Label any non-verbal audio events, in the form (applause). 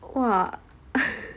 !wah! (laughs)